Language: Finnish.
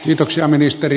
kiitoksia ministeri